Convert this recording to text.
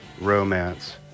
romance